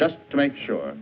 just to make sure